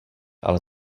ale